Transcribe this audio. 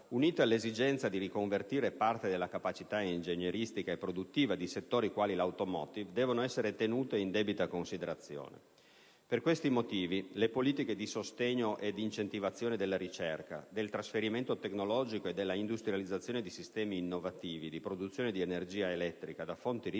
unita all'esigenza di riconvertire parte della capacità ingegneristica e produttiva di settori quali l'*automotive,* deve essere tenuta in debita considerazione. Per questi motivi le politiche di sostegno e di incentivazione della ricerca, del trasferimento tecnologico e dell'industrializzazione di sistemi innovativi di produzione di energia elettrica da fonti rinnovabili